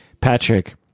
Patrick